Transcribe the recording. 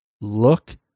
look